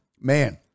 man